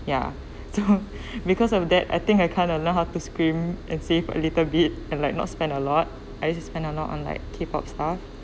ya so because of that I think I kind of know how to strim and save a little bit and like not spend a lot I just spend a lot on like K pop stuff